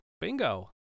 bingo